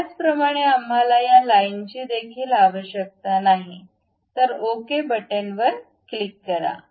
त्याचप्रमाणे आपल्याला या लाइनची देखील आवश्यकता नाही तर ओके क्लिक करा